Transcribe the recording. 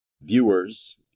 viewers